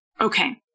okay